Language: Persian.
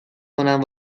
کنم